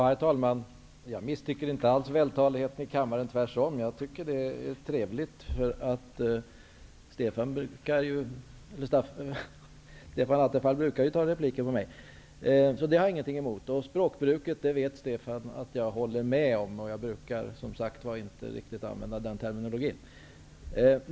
Herr talman! Jag misstycker inte vältalighet i kammaren, tvärtom. Det är trevligt, Stefan Attefall brukar replikera mig. Stefan Attefall vet också att jag håller med honom när det gäller språkbruket. Jag brukar som sagt inte använda riktigt den terminologin.